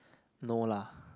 no lah